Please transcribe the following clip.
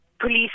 police